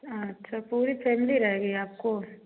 अच्छा पूरी फैमली रहेगी आपको